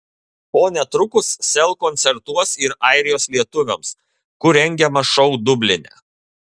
o netrukus sel koncertuos ir airijos lietuviams kur rengiamas šou dubline